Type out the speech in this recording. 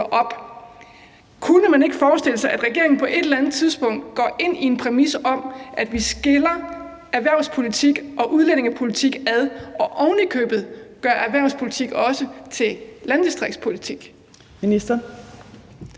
Kunne man ikke forestille sig, at regeringen på et eller andet tidspunkt går ind i en præmis om, at vi skiller erhvervspolitik og udlændingepolitik ad og ovenikøbet også gør erhvervspolitik til landdistriktspolitik?